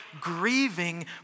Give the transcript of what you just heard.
grieving